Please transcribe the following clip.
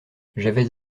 j’avais